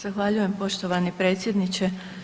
Zahvaljujem poštovani predsjedniče.